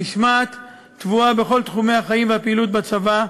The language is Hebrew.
המשמעת טבועה בכל תחומי החיים והפעילות בצבא.